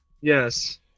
Yes